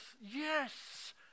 yes